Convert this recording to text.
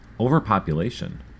overpopulation